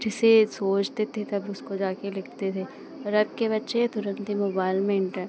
जैसे सोचते थे तब उसको जाकर लिखते थे और अब के बच्चे हैं तुरन्त ही मोबाइल में इन्टर